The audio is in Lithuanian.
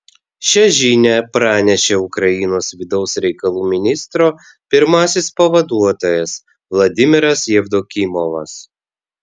šią žinią pranešė ukrainos vidaus reikalų ministro pirmasis pavaduotojas vladimiras jevdokimovas